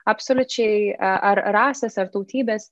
absoliučiai ar rasės ar tautybės